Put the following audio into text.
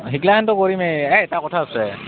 সেইগিলাখনতো কৰিমেই এই এটা কথা আছে